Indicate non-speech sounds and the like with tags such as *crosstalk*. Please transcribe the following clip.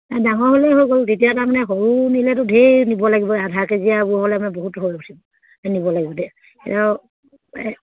ডাঙৰ হ'লেই হৈ গ'ল তেতিয়া তাৰমানে সৰু নিলেতো ধেৰ নিব লাগিব আধা কেজিয়াবোৰ হ'লে মানে বহুত হৈ উঠিব নিব লাগিব *unintelligible* এই